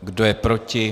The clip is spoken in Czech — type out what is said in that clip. Kdo je proti?